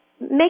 make